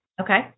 Okay